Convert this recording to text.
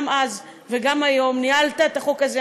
גם אז וגם היום: ניהלת את החוק הזה,